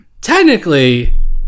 technically